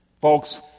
Folks